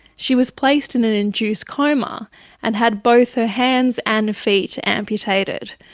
she was placed in an induced coma and had both her hands and feet amputated,